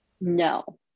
no